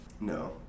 No